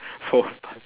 four five